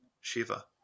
Shiva